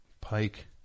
Pike